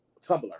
Tumblr